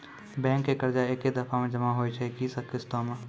Bank के कर्जा ऐकै दफ़ा मे जमा होय छै कि किस्तो मे?